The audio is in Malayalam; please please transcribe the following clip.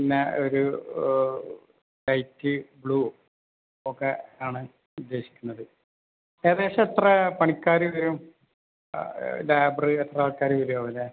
പിന്നെ ഒരു ലൈറ്റ് ബ്ലൂ ഒക്കെ ആണ് ഉദ്ദേശിക്കുന്നത് ഏകദേശം എത്ര പണിക്കാർ വരും ലേബറ് എത്രയാൾക്കാർ വരും ആവോ അല്ലേ